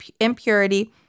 impurity